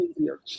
easier